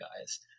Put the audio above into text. guys